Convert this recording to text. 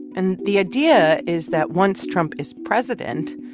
and the idea is that once trump is president,